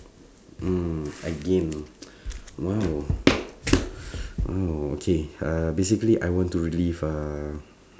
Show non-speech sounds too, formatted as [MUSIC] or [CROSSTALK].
mm again [BREATH] !wow! [BREATH] !wow! okay basically I want to relieve uh